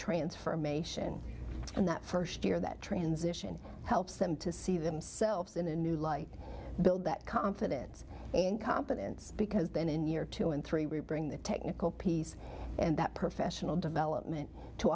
transformation in that first year that transition helps them to see themselves in a new light build that confidence and competence because then in year two and three we bring the technical piece and that per national development to